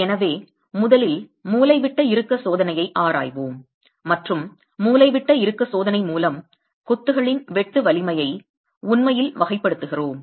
எனவே முதலில் மூலைவிட்ட இறுக்க சோதனையை ஆராய்வோம் மற்றும் மூலைவிட்ட இறுக்க சோதனை மூலம் கொத்துகளின் வெட்டு வலிமையை உண்மையில் வகைப்படுத்துகிறோம்